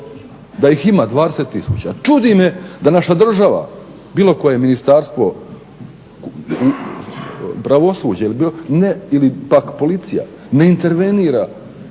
da ih ima 20 tisuća. Čudi me da naša država, bilo koje ministarstvo, pravosuđe ili pak policija ne intervenira,